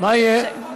מה יהיה?